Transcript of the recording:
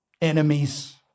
enemies